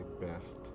best